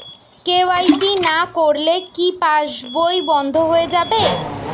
KYC না করলে কি পাশবই বন্ধ হয়ে যাবে?